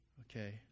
okay